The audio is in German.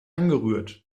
angerührt